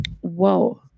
whoa